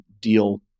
deal